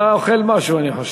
אתה אוכל משהו, אני חושב.